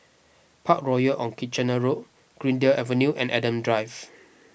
Parkroyal on Kitchener Road Greendale Avenue and Adam Drive